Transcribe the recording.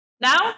Now